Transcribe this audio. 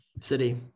City